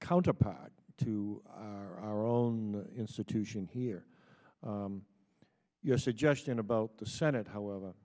counterpart to our own institution here your suggestion about the senate however